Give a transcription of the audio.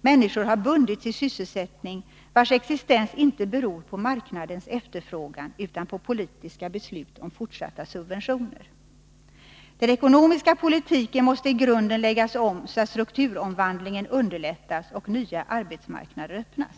Människor har bundits i sysselsättning, vars existens inte beror på marknadens efterfrågan utan på politiska beslut om fortsatta subventioner. Den ekonomiska politiken måste i grunden läggas om så att strukturomvandlingen underlättas och nya arbetsmarknader öppnas.